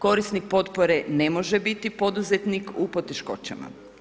Korisnik potpore ne može biti poduzetnik u poteškoćama.